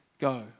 go